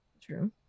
True